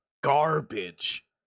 garbage